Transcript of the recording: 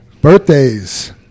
Birthdays